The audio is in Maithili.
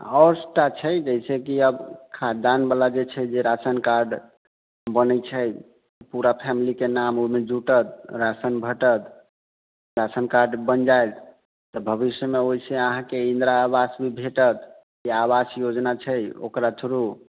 टा छै जैसेकि आब खाद्यान्नवला जे छै जे राशन कार्ड बनैत छै पूरा फेमिलीके नाम ओहिमे जुटत राशन भेटत राशन कार्ड बनि जायत तऽ भविष्यमे ओहिसँ अहाँकेँ इन्दिरा आवास भी भेटत या आवास योजना छै ओकरा थ्रू